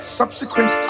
subsequent